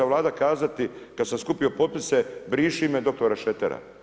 Vlada kazati kad sam skupio potpise briši ime dr. Šretera.